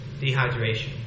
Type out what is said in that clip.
Dehydration